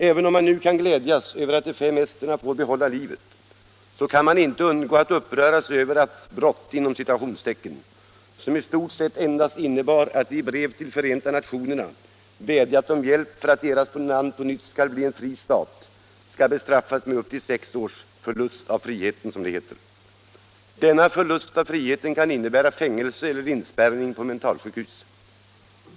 Även om man nu kan glädjas över att de fem esterna får behålla livet, så kan man inte undgå att uppröras över att ett ”brott”, som i stort sett endast innebar att de i brev till Förenta nationerna vädjat om hjälp för att deras land på nytt skall bli en fri stat, skall bestraffas med upp till sex års ”förlust av friheten”, som det heter. Denna förlust av friheten kan innebära fängelse eller inspärrning på mentalsjukhus.